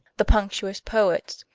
the punctuist poets,